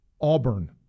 Auburn